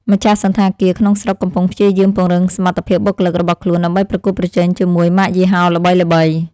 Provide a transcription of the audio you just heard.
ម្ចាស់សណ្ឋាគារក្នុងស្រុកកំពុងព្យាយាមពង្រឹងសមត្ថភាពបុគ្គលិករបស់ខ្លួន ដើម្បីប្រកួតប្រជែងជាមួយម៉ាកយីហោល្បីៗ។